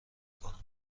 کنم